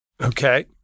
Okay